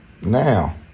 Now